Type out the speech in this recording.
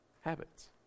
habits